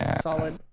Solid